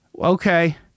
Okay